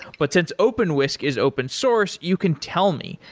but since openwhisk is open source, you can tell me.